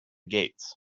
gates